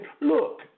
look